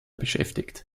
beschäftigt